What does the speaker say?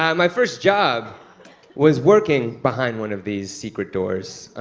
um my first job was working behind one of these secret doors.